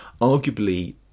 arguably